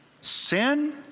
sin